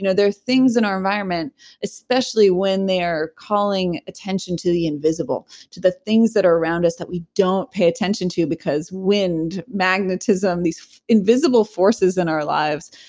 you know there are things in our environment especially when they're calling attention to the invisible, to the things that are around us that we don't pay attention to, because wind, magnetism, these invisible forces in our lives.